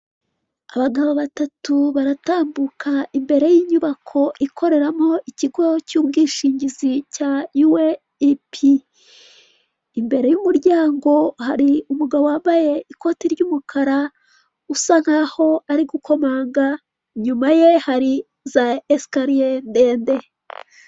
Abagabo batatu baratambuka imbere y'inyubako ikoreramo ikigo cy'ubwishingizi cya UAP, imbere y'umuryango hari umugabo wambaye ikoti ry'umukara usa nkaho ari gukomanga, inyuma ye hari za esikariye ndende.